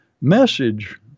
message